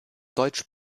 deutsch